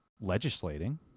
legislating